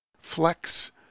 Flex